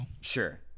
sure